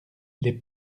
les